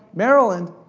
maryland,